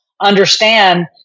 understand